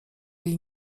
jej